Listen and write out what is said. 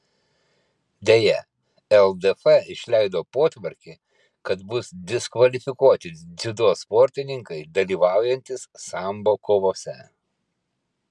deja ldf išleido potvarkį kad bus diskvalifikuoti dziudo sportininkai dalyvaujantys sambo kovose